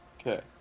Okay